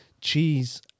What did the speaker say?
cheese